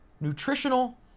nutritional